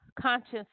conscious